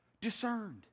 discerned